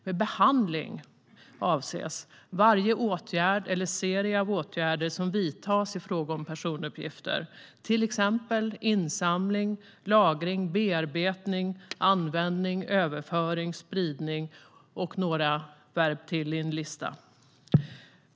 Med behandling avses varje åtgärd eller serie av åtgärder som vidtas i fråga om personuppgifter, till exempel insamling, lagring, bearbetning, användning, överföring, spridning och några ord till i en lista.